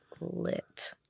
Lit